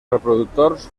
reproductors